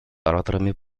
ораторами